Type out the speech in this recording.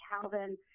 Calvin